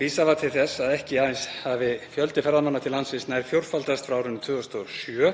Vísað var til þess að ekki aðeins hafi fjöldi ferðamanna til landsins nær fjórfaldast frá árinu 2007